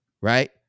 right